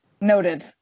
noted